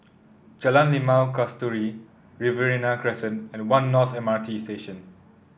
Jalan Limau Kasturi Riverina Crescent and One North M R T Station